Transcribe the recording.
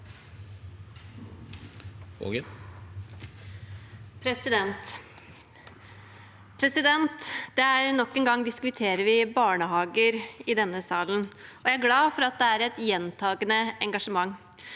Nok en gang diskute- rer vi barnehager i denne salen, og jeg er glad for at det er et gjentakende engasjement.